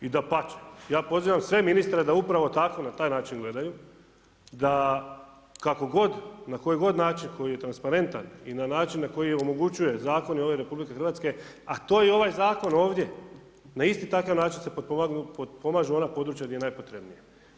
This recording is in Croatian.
I dapače, ja pozivam sve ministre da upravo tako na taj način gledaju, da kako god, na koji god način koji je transparentan i na način koji omogućuje i zakon ove RH a to i ovaj zakon ovdje na isti takav način se potpomažu ona područja gdje je najpotrebnije.